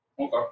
Okay